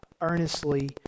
earnestly